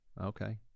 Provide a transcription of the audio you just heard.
Okay